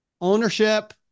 Ownership